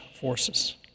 forces